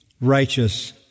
righteous